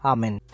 Amen